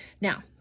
Now